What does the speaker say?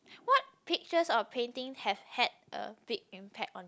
what pictures or painting have had a big impact on